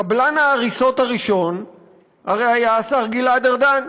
קבלן ההריסות הראשון הרי היה השר גלעד ארדן.